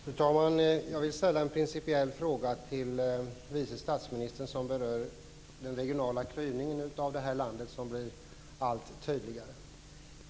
Fru talman! Jag vill till vice statsministern ställa en principiell fråga som berör den regionala klyvning av vårt land som blir allt tydligare.